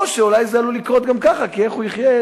או שאולי זה עלול לקרות גם כך, כי איך הוא יחיה?